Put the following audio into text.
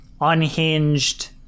unhinged